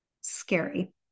scary